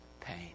pain